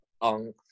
on